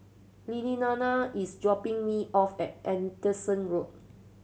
Lillianna is dropping me off at Anderson Road